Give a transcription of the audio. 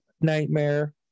Nightmare